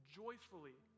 joyfully